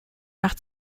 nach